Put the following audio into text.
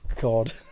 God